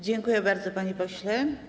Dziękuję bardzo, panie pośle.